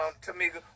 Tamika